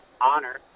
honor